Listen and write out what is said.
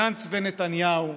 גנץ ונתניהו,